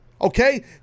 okay